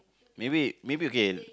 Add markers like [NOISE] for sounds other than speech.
maybe maybe okay [NOISE]